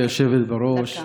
גברתי היושבת בראש,